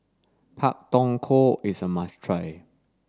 Pak Thong Ko is a must try